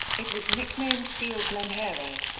it was nicknamed field lenheiro.